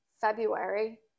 February